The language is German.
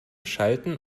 schalten